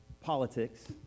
politics